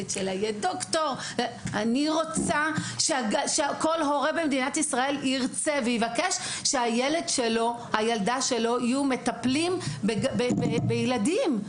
אני רוצה שכל הורה בישראל יחלום שהילד שלו יהיה מטפל בילדים,